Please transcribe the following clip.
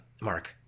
Mark